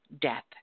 death